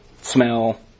smell